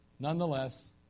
Nonetheless